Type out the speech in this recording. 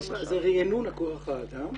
זה ריענון כוח אדם.